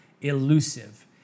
elusive